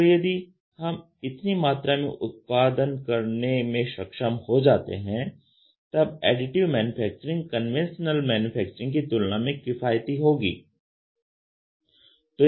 तो यदि हम इतनी मात्रा में उत्पादन करने में सक्षम हो जाते हैं तब एडिटिव मैन्युफैक्चरिंग कन्वेंशनल मैन्युफैक्चरिंग की तुलना में किफायती होगी